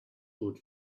good